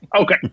okay